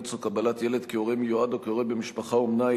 אימוץ או קבלת ילד כהורה מיועד או כהורה במשפחת אומנה),